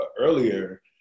earlier